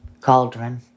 Cauldron